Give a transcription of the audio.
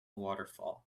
waterfall